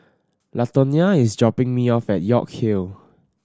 Latonya is dropping me off at York Hill